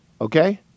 Okay